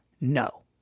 No